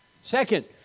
Second